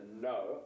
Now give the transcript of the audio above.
No